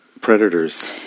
predators